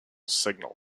signal